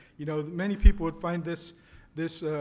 you know, many people would find this this